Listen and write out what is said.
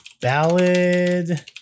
ballad